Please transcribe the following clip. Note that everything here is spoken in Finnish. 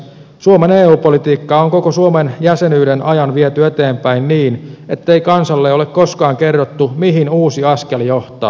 suomen eu politiikkaa on koko suomen jäsenyyden ajan viety eteenpäin niin ettei kansalle ole koskaan kerrottu mihin uusi askel johtaa